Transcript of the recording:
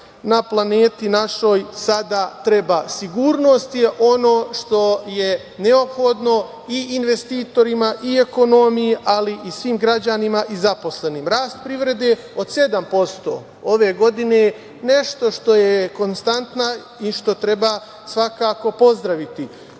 na planeti našoj sada treba. Sigurnost je ono što je neophodno i investitorima i ekonomiji, ali i svim građanima i zaposlenim. Rast privrede od 7% ove godine nešto što je konstantna i što treba svakako pozdraviti.